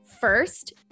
first